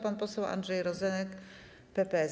Pan poseł Andrzej Rozenek, PPS.